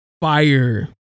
Fire